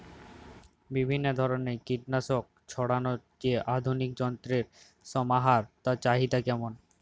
বিভিন্ন ধরনের কীটনাশক ছড়ানোর যে আধুনিক যন্ত্রের সমাহার তার চাহিদা কেমন?